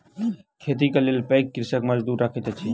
खेतीक लेल पैघ कृषक मजदूर रखैत अछि